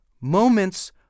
Moments